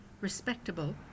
respectable